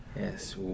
Yes